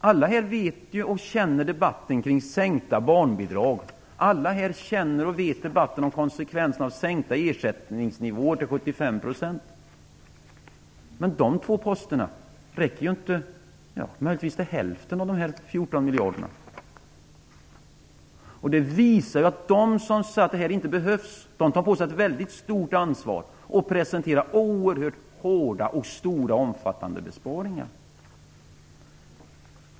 Alla här vet och känner debatten kring sänkta barnbidrag. Alla här känner och vet debatten om konsekvensen av sänkta ersättningsnivåer till 75 %. Men de två posterna skulle bara räcka till hälften av dessa 14 miljarder. Det visar att de som sade att detta inte behövs tar på sig ett väldigt stort ansvar och presenterar oerhört hårda, stora och omfattande besparingar.